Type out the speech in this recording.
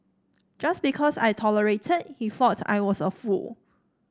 just because I tolerated he thought I was a fool